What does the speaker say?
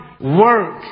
work